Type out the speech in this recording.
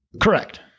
Correct